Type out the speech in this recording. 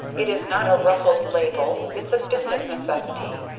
it is not a ruffled label it's a business necessity.